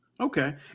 Okay